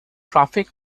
traffic